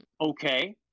Okay